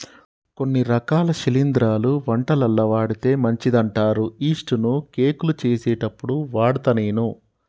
కొన్ని రకాల శిలింద్రాలు వంటలల్ల వాడితే మంచిదంటారు యిస్టు ను కేకులు చేసేప్పుడు వాడుత నేను